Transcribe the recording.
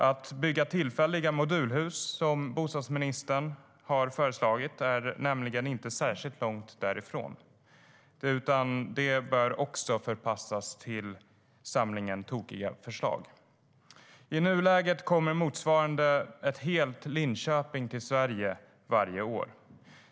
Att bygga tillfälliga modulhus, som bostadsministern har föreslagit, är nämligen inte särskilt långt därifrån. Det bör också förpassas till samlingen tokiga förslag. I nuläget kommer motsvarande ett helt Linköping till Sverige varje år.